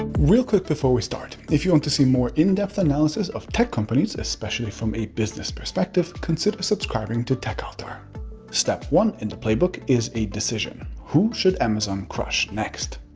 real quick before we start, if you want to see more in-depth analyses of tech companies, especially from a business perspective, consider subscribing to tech altar step one in the playbook is a decision who should amazon crush next?